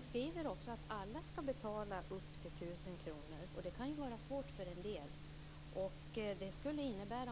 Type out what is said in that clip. Men ni skriver också att alla skall betala upp till 1 000 kr. Det kan ju vara svårt för en del. Det skulle,